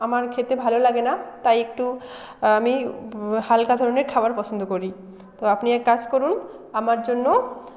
আমার খেতে ভালো লাগে না তাই একটু আমি হালকা ধরনের খাবার পছন্দ করি তো আপনি এক কাজ করুন আমার জন্য